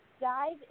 dive